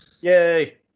Yay